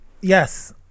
yes